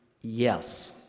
yes